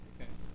Okay